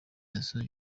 yasoje